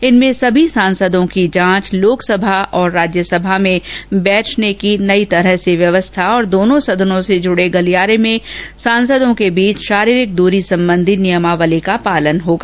इनमें सभी सांसदों की जांच लोकसभा और राज्यसभा में बैठने की नई तरह से व्यवस्था और दोनों सदनों से जुड़े गलियारे पर सांसदों के बीच शारीरिक दूरी संबंधी नियमावली का पालन होगा